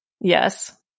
Yes